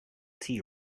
tea